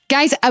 Guys